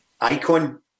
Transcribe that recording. icon